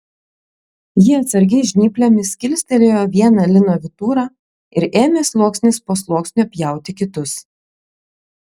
ji atsargiai žnyplėmis kilstelėjo vieną lino vyturą ir ėmė sluoksnis po sluoksnio pjauti kitus